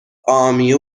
army